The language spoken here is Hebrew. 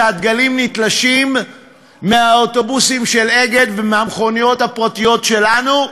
כשהדגלים נתלשים מהאוטובוסים של "אגד" ומהמכוניות הפרטיות שלנו,